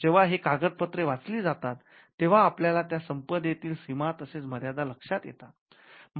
जेव्हा हे कागदपत्रे वाचली जातात तेव्हा आपल्याला त्या संपदेतील सीमा तसेच मर्यादा लक्षात येतात